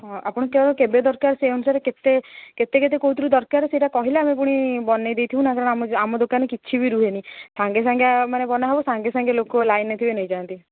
ହଁ ଆପଣ କ କେବେ ଦରକାର ସେଇ ଅନୁସାରେ କେତେ କେତେ କେତେ କେଉଁଥିରୁ ଦରକାର ସେଇଟା କହିଲେ ଆମେ ପୁଣି ବନେଇ ଦେଇେଥିବୁ ନା କାରଣ ଆମ ଦୋକାନରେ କିଛି ବି ରୁହେନି ସାଙ୍ଗେ ସାଙ୍ଗେମାନେ ବନାହବ ସାଙ୍ଗେ ସାଙ୍ଗେ ଲୋକ ଲାଇନ୍ରେ ଥିବେ ନେଇଯାଆନ୍ତି